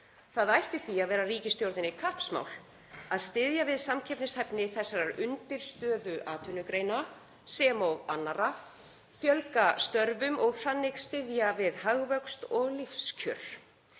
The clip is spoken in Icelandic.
Það ætti því að vera ríkisstjórninni kappsmál að styðja við samkeppnishæfni þessara undirstöðuatvinnugreina sem og annarra, fjölga störfum og þannig styðja hagvöxt og lífskjör.